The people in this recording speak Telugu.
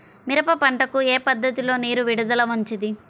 మిరప పంటకు ఏ పద్ధతిలో నీరు విడుదల మంచిది?